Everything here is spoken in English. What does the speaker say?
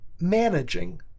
managing